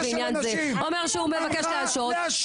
בעניין זה אומר שהוא מבקש להשהות,